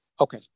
Okay